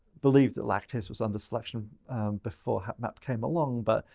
believed that lactase was under selection before hapmap came along. but,